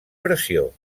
pressió